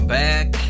back